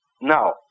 Now